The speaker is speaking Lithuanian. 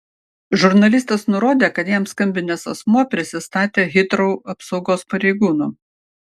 žurnalistas nurodė kad jam skambinęs asmuo prisistatė hitrou apsaugos pareigūnu